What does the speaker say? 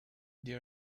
they